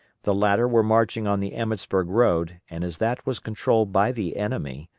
the latter were marching on the emmetsburg road, and as that was controlled by the enemy,